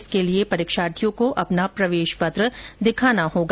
इसके लिये परीक्षार्थियों को अपना प्रवेश पत्र दिखाना होगा